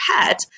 pet